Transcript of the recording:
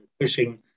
pushing